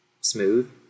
smooth